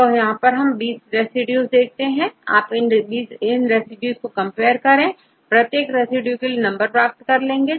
तो यहां आपके पास20 रेसिड्यू है आप इन रेसिड्यू से कंपेयर कर प्रत्येक रेसिड्यू के लिए नंबर प्राप्त कर लेंगे